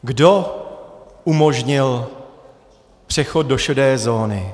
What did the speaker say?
Kdo umožnil přechod do šedé zóny?